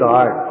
God